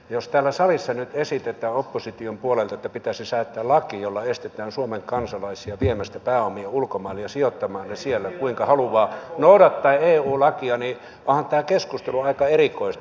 jos täällä salissa nyt esitetään opposition puolelta että pitäisi säätää laki jolla estetään suomen kansalaisia viemästä pääomia ulkomaille ja sijoittamaan ne siellä kuinka haluavat noudattaen eu lakia niin onhan tämä keskustelu aika erikoista